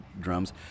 drums